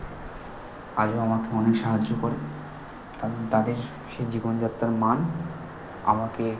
আগেও আমাকে অনেক সাহায্য করে কারণ তাদের সেই জীবনযাত্রার মান আমাকে